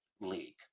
league